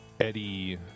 Eddie